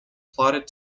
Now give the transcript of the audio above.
plotted